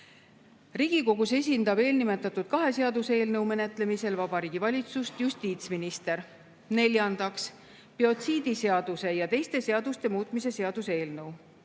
Riigikogus esindab eelnimetatud kahe seaduseelnõu menetlemisel Vabariigi Valitsust justiitsminister. Neljandaks, biotsiidiseaduse ja teiste seaduste muutmise seaduse eelnõu.